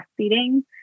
breastfeeding